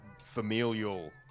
familial